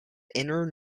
inner